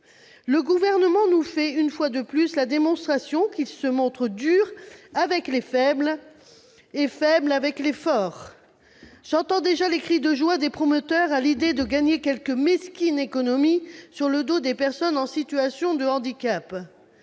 le Gouvernement nous fait la démonstration qu'il se montre dur avec les faibles et faible avec les forts. J'entends déjà les cris de joie des promoteurs à l'idée de faire quelques mesquines économies sur le dos des personnes en situation de handicap.